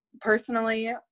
Personally